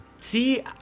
See